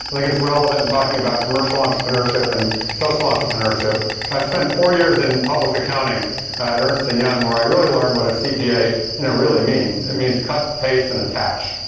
i think its relevant and talking about commercial entrepreneurship and social entrepreneurship and i spent four years in public accounting at ernst and young, where i really learned what a cpa you know really means. it means cut, paste, and attach.